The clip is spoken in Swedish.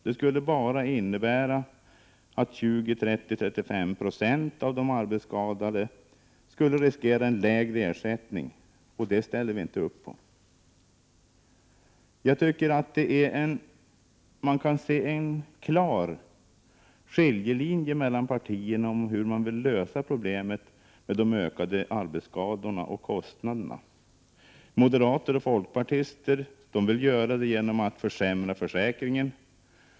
Det skulle bara innebära att 20, 30 eller 35 90 av de arbetsskadade skulle riskera en lägre ersättning, och det kan vi inte acceptera. Jag tycker att man kan se en klar skiljelinje mellan partierna om hur man vill lösa problemet med de ökade arbetsskadorna och kostnaderna. Moderater och folkpartister vill göra det genom att försämra försäkringen.